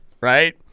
right